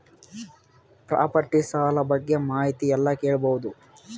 Property ಸಾಲ ಬಗ್ಗೆ ಮಾಹಿತಿ ಎಲ್ಲ ಕೇಳಬಹುದು?